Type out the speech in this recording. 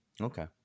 Okay